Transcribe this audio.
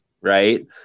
Right